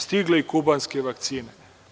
Stigle i kubanske vakcine.